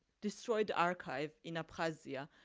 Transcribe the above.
destroyed archive in abkhazia.